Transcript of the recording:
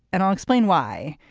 and i'll explain why.